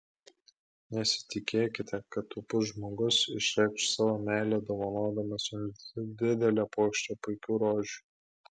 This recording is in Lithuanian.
nesitikėkite kad taupus žmogus išreikš savo meilę dovanodamas jums didelę puokštę puikių rožių